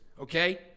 okay